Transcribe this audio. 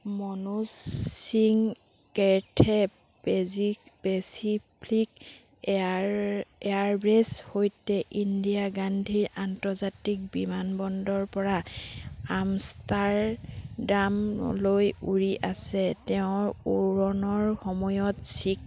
Manoj Singh Cathay পেজি Pacific air এয়াৰৱে'জৰ সৈতে ইন্দিৰা গান্ধী আন্তৰ্জাতিক বিমানবন্দৰৰ পৰা আমষ্টাৰডামলৈ উৰি আছে তেওঁ উৰণৰ সময়ত